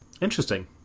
Interesting